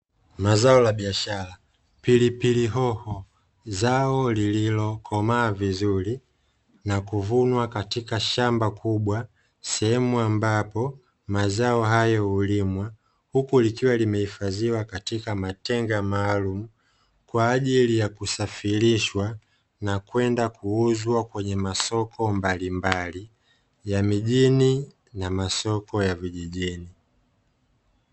Mazao ya biashara, pilipili hoho zao lililokomaa vizuri na kuvunwa katika shamba kubwa sehemu ambapo mazao hayo ulimwa huku likiwa limehifadhiwa katika matenga maalumu kwa ajili ya kusafirishwa na kwenda kuuzwa kwenye masoko mbalimbali ya mijini na masoko ya vijijini.